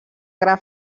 gra